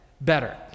better